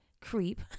creep